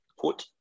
put